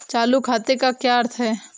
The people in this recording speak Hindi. चालू खाते का क्या अर्थ है?